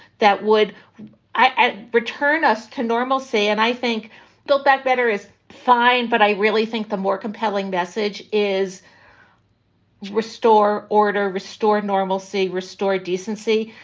that would return us to normalcy. and i think build back better is fine. but i really think the more compelling message is restore order, restore normalcy, restore decency.